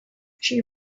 she